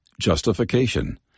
Justification